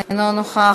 אינו נוכח.